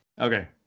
Okay